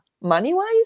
money-wise